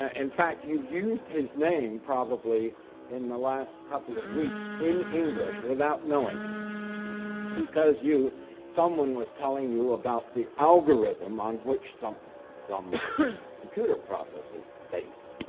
ah in fact, you used his name probably in the last couple of weeks in english without knowing it because you someone was telling you about the algorithm on which some some computer process is based.